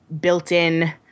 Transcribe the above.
built-in